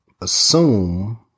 assume